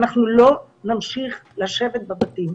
אנחנו לא נמשיך לשבת בבתים,